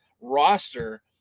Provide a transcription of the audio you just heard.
roster